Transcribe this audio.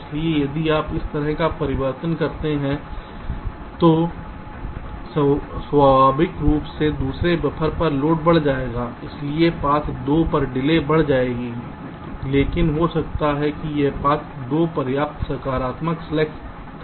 इसलिए यदि आप इस तरह का परिवर्तन करते हैं तो स्वाभाविक रूप से दूसरे बफर पर लोड बढ़ जाएगा इसलिए पाथ 2 पर डिले बढ़ जाएगी लेकिन हो सकता है कि यह पथ 2 पर्याप्त सकारात्मक स्लैक्स था